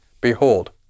Behold